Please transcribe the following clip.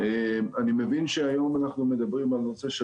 אני מבין שהיום אנחנו מדברים על הנושא של